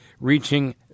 reaching